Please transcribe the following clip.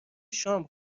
شام